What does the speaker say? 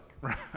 right